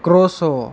ક્રોસો